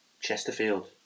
Chesterfield